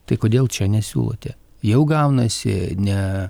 tai kodėl čia nesiūlote jau gaunasi ne